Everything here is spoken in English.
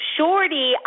Shorty